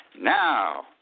Now